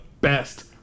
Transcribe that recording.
best